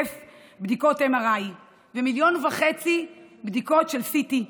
בדיקות MRI ו-1.5 מיליון בדיקות של CT,